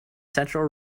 central